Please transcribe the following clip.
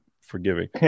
forgiving